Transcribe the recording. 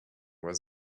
was